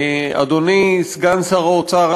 אדוני סגן שר האוצר,